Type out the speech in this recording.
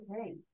okay